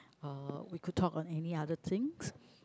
uh we could talk on any other things